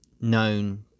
known